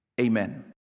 Amen